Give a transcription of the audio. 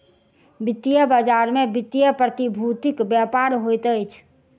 वित्तीय बजार में वित्तीय प्रतिभूतिक व्यापार होइत अछि